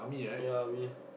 ya I mean